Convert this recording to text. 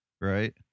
right